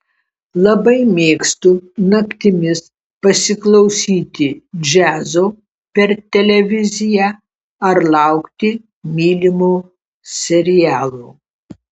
labai mėgstu naktimis pasiklausyti džiazo per televiziją ar laukti mylimo serialo